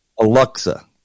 Alexa